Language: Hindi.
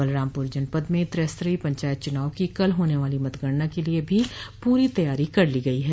बलरामपुर जनपद में त्रिस्तरीय पंचायत चुनाव की कल होने वाली मतगणना के लिए भी पूरी तैयारी की गई है